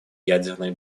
ядерной